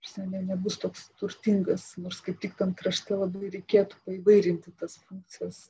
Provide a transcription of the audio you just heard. jisai ne ne nebus toks turtingas nors kaip tik tame krašte labai reikėtų paįvairinti tas funkcijas